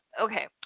Okay